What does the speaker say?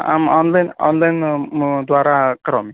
अहम् online online द्वारा करोमि